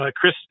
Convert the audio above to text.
Chris